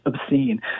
obscene